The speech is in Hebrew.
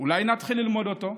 אולי נתחיל ללמוד אותה?